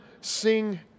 sing